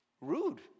rude